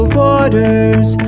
waters